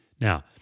Now